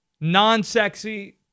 non-sexy